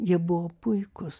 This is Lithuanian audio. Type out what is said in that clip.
jie buvo puikūs